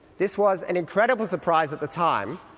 this was an incredible surprise at the time.